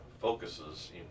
focuses